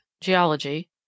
Geology